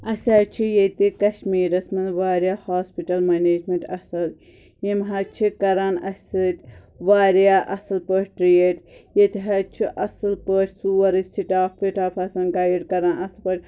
اسہِ حَظ چھِ ییٚتہِ کشمیٖرس منٛز واریاہ ہوسپِٹل منیجمینٹ اصٕل یِم حَظ چھِ کران اسہِ سۭتۍ واریاہ اصٕل پٲٹھۍ ٹریٖٹ ییتہِ حَظ چھُ اصٕل پٲٹھۍ سورُے سِٹاف وِٹاف آسان گایڈ کران اصٕل پٲٹھۍ